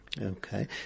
Okay